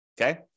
Okay